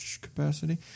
capacity